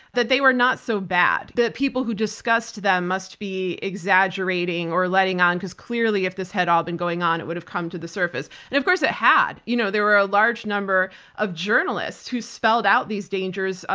that they were not so bad, that people who discussed them must be exaggerating or letting on because clearly if this had all been going on, it would have come to the surface. and of course it had. you know there were a large number of journalists who spelled out these dangers, ah